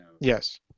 Yes